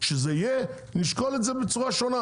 כשזה יהיה, נשקול את זה בצורה שונה.